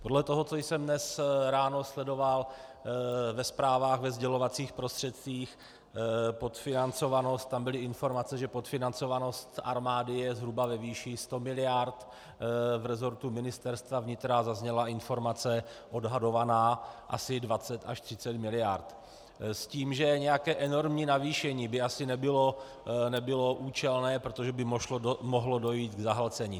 Podle toho, co jsem dnes ráno sledoval ve zprávách ve sdělovacích prostředcích, tam byly informace, že podfinancovanost armády je zhruba ve výši 100 mld., v resortu Ministerstva vnitra zazněla informace odhadovaná asi 20 až 30 mld. s tím, že nějaké enormní navýšení by asi nebylo účelné, protože by mohlo dojít k zahlcení.